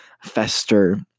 fester